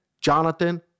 Jonathan